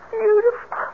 beautiful